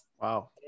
Wow